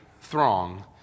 throng